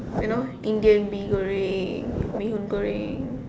you know Indian mee goreng mee-hoon goreng